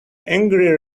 angry